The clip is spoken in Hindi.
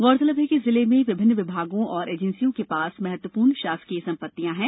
गौरतलब है कि जिले में विभिन्न विभागों तथा एजेंसियों के पास महत्वपूर्ण शासकीय सम्पत्तियां हैं